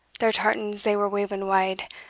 their tartans they were waving wide,